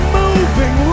moving